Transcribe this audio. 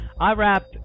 IRAP